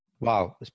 Wow